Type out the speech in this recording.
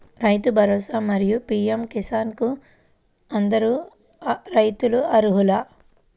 రైతు భరోసా, మరియు పీ.ఎం కిసాన్ కు అందరు రైతులు అర్హులా?